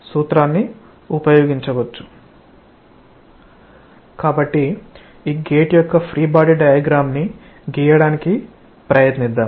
కాబట్టి ఈ గేట్ యొక్క ఫ్రీ బాడి డయాగ్రామ్ ని గీయడానికి ప్రయత్నిద్దాం